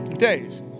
days